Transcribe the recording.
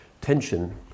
tension